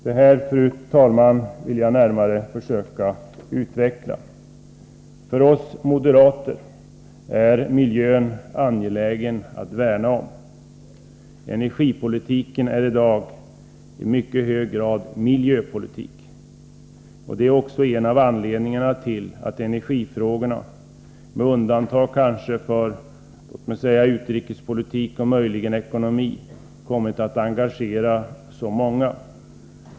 Det här, fru talman, vill jag närmare försöka utveckla. För oss moderater är miljön angelägen att värna om. Energipolitiken är i dag i mycket hög grad miljöpolitik. Det är också en av anledningarna till att energifrågorna — kanske med undantag för utrikespolitik och möjligen ekonomi — mera än annat kommit att engagera så många.